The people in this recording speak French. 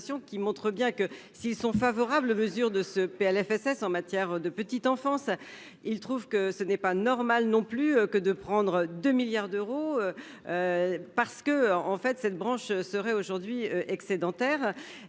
qui montre bien que s'ils sont favorables, mesures de ce Plfss en matière de petite enfance, il trouve que ce n'est pas normal non plus que de prendre 2 milliards d'euros parce que, en fait, cette branche serait aujourd'hui excédentaire